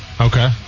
Okay